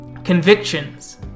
convictions